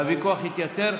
הוויכוח התייתר.